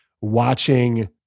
watching